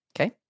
Okay